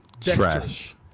trash